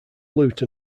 lute